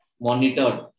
monitored